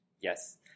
Yes